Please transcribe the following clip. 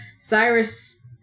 Cyrus